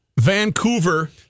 Vancouver